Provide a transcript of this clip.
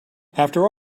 after